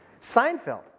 Seinfeld